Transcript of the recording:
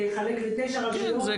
לתשע רשויות,